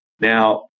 Now